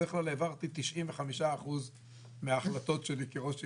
בדרך כלל העברתי 95% מההחלטות שלי כראש עירייה,